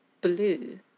blue